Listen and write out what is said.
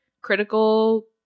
critical